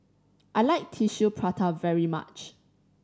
I like Tissue Prata very much